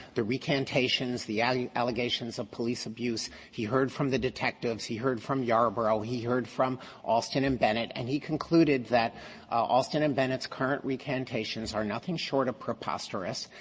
the recantations, the ah allegations of police abuse. he heard from the detectives. he heard from yarborough. he heard from alston and bennett, and he concluded that alston and bennett's current recantations are nothing short of preposterous.